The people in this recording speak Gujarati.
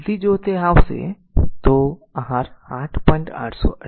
તેથી જો તે બનાવશે તો r 8